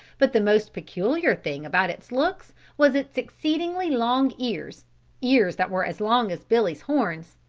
but the most peculiar thing about its looks was its exceedingly long ears ears that were as long as billy's horns.